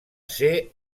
ser